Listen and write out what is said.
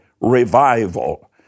revival